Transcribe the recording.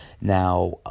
Now